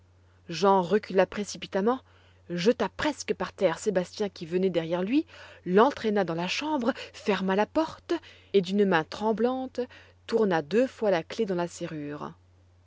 jean recula précipitamment jeta presque par terre sébastien qui venait derrière lui l'entraîna dans la chambre ferma la porte et d'une main tremblante tourna deux fois la clef dans la serrure